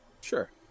Sure